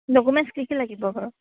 documents কি কি লাগিব বাৰু